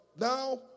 Now